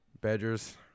Badgers